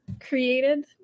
Created